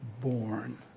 born